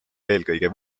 eelkõige